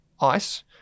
ice